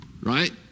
Right